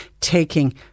taking